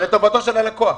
זה לטובתו של הלקוח.